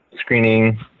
screening